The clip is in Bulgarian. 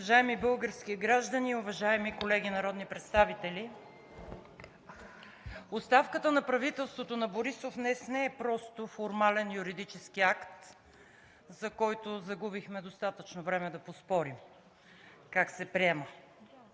Уважаеми български граждани, уважаеми колеги народни представители! Оставката на правителството на Борисов днес не е просто формален юридически акт, за който загубихме достатъчно време да поспорим как се приема.